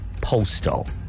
postal